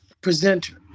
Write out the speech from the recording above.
presenter